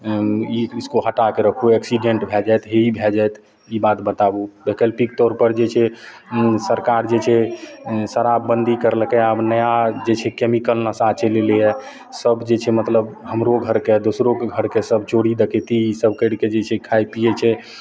उँ ई इसको हटा के रखो एक्सिडेन्ट भए जाएत हे ई भए जाएत ई बात बताबू वैकल्पिक तौरपर जे छै सरकार जे छै उँ शराबबन्दी करलकै आब नया जे छै केमिकल नशा चलि अएलै यऽ सब जे छै मतलब हमरो घरके दोसरोके घरके सब चोरी डकैती ईसब करिके जे छै खाइ पिए छै